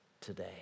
today